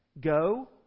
go